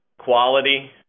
quality